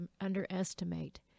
underestimate